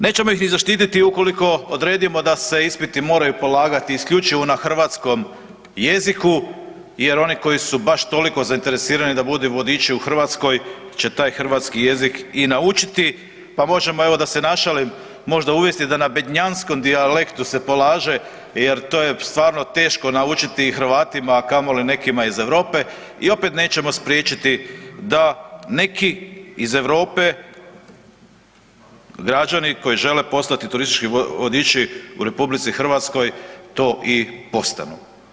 Nećemo ih zaštititi ukoliko odredimo da se ispiti moraju polagati isključivo na hrvatskom jeziku jer oni koji su baš toliko zainteresirani da budu vodiči u Hrvatskoj će taj hrvatski jezik i naučiti pa možemo evo, da se našalim, možda uistinu da na bednjanskom dijalektu se polaže jer to je stvarno teško naučiti i Hrvatima a kamoli nekima iz Europe i opet nećemo spriječiti da neki iz Europe, građani koji žele postati turistički vodiči u RH, to i postanu.